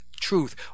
truth